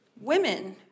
Women